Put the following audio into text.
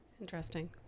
Interesting